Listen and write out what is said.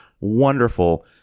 wonderful